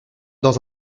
dans